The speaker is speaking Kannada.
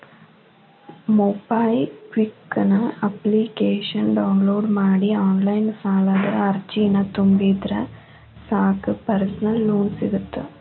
ಮೊಬೈಕ್ವಿಕ್ ಅಪ್ಲಿಕೇಶನ ಡೌನ್ಲೋಡ್ ಮಾಡಿ ಆನ್ಲೈನ್ ಸಾಲದ ಅರ್ಜಿನ ತುಂಬಿದ್ರ ಸಾಕ್ ಪರ್ಸನಲ್ ಲೋನ್ ಸಿಗತ್ತ